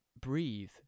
breathe